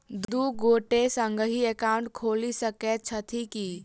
दु गोटे संगहि एकाउन्ट खोलि सकैत छथि की?